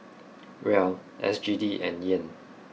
Riel S G D and Yen